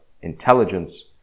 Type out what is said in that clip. Intelligence